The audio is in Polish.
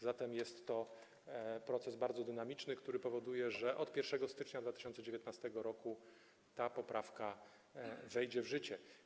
Zatem jest to proces bardzo dynamiczny, który powoduje, że od 1 stycznia 2019 r. ta poprawka wejdzie w życie.